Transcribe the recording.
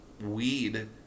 weed